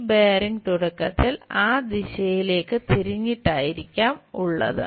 ഈ ബെയറിംഗ് തുടക്കത്തിൽ ആ ദിശയിലേക്ക് തിരിഞ്ഞിട്ടായിരിക്കാം ഉള്ളത്